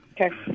Okay